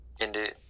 Indeed